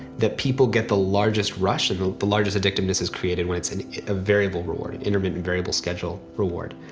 that people get the largest rush and the largest addictiveness is created when it's and a variable reward, an intermittent variable-schedule reward.